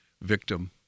victim